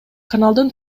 каналдын